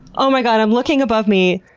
oh my god, i'm looking above me.